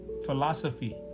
philosophy